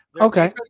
Okay